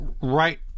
right